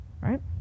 right